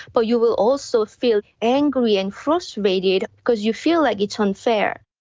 but you will also feel angry and frustrated because you feel like it's unfair.